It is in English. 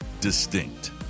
distinct